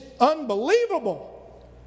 unbelievable